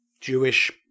jewish